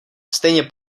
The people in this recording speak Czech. stejně